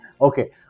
Okay